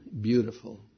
beautiful